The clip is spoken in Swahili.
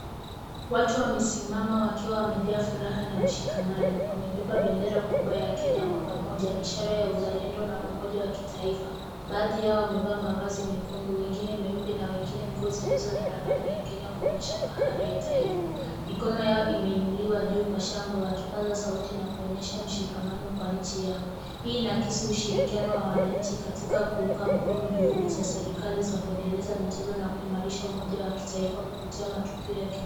Watu wamesimama wakiwa wamejaa furaha na mshikamano. Wamebeba bendera kubwa ya Kenya kwa pamoja, ishara ya uzalendo na umoja wa kitaifa. Baadhi yao wamevaa mavazi mekundu, wengine meupe, na wengine nguo zilizo na ramani ya Kenya kuonyesha fahari ya taifa. Mikono yao imeinuliwa juu kwa shangwe, wakipaza sauti na kuonyesha mshikamano kwa nchi yao. Hii inakisi ushirikiano wa wananchi katika kuunga mkono juhudi za serikali za kuendeleza michezo na kuimarisha umoja wa kitaifa, kupitia matukio ya kijamii.